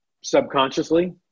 subconsciously